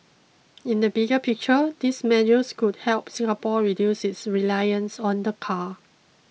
in the bigger picture these measures could help Singapore reduce its reliance on the car